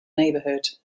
neighborhood